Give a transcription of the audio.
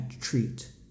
treat